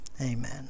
Amen